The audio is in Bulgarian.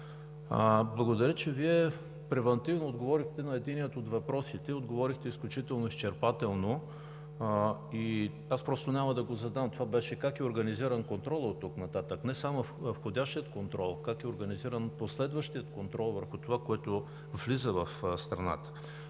Благодаря, че Вие превантивно отговорихте на единия от въпросите – отговорихте изключително изчерпателно, и аз просто няма да го задам. То беше: как е организиран контролът оттук нататък – не само входящият контрол, как е организиран последващият контрол върху това, което влиза в страната?